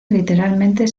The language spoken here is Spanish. literalmente